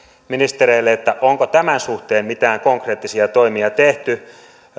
ministereille onko tämän suhteen mitään konkreettisia toimia tehty